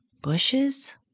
bushes